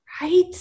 Right